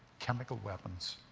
chemical weapons.